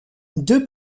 deux